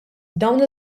dawn